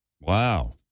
Wow